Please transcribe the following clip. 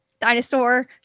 dinosaur